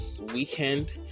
weekend